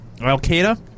Al-Qaeda